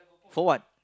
for what